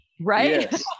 Right